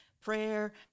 prayer